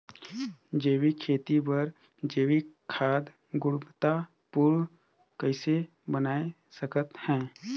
जैविक खेती बर जैविक खाद गुणवत्ता पूर्ण कइसे बनाय सकत हैं?